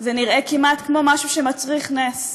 זה נראה כמעט כמו משהו שמצריך נס.